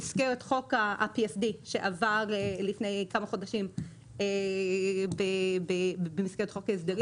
במסגרת חוק ה-PSD שעבר לפני כמה חודשים במסגרת חוק ההסדרים,